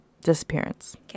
disappearance